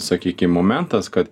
sakykim momentas kad